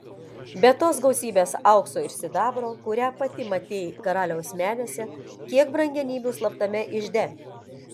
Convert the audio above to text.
be tos gausybės aukso ir sidabro kurią pati matei karaliaus menėse kiek brangenybių slaptame ižde